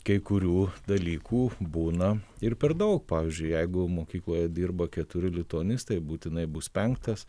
kai kurių dalykų būna ir per daug pavyzdžiui jeigu mokykloje dirba keturi lituanistai būtinai bus penktas